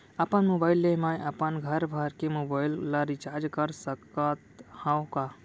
अपन मोबाइल ले मैं अपन घरभर के मोबाइल ला रिचार्ज कर सकत हव का?